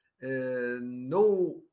no